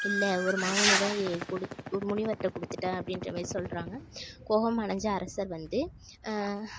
இல்லை ஒரு மாங்கனிதான் இ கொடுத் முனிவர்கிட்ட கொடுத்துட்டேன் அப்படின்ற மாரி சொல்கிறாங்க கோபமடைஞ்ச அரசர் வந்து